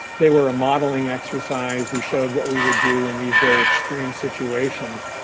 they were a modeling exercise, we showed what we would do in these very extreme situations.